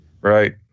Right